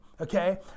okay